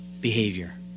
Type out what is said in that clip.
behavior